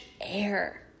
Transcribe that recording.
air